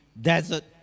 desert